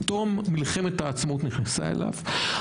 תום מלחמת העצמאות נכנסה אליו,